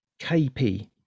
KP